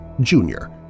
Junior